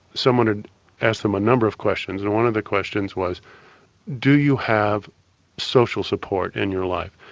someone had asked them a number of questions and one of the questions was do you have social support in your life?